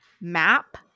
map